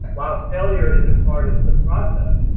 while failure is a part of the process,